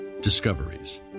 Discoveries